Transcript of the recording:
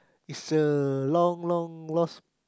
is a long long lost